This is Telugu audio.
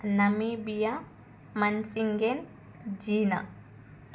నమీబియా మన్సింగేన్ జీనా